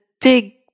big